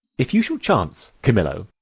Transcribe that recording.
if you shall chance, camillo,